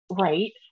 right